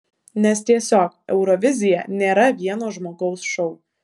nes tiesiog eurovizija nėra vieno žmogaus šou